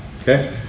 Okay